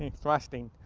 thrusting.